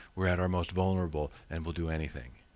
we're at our most vulnerable, and we'll do anything.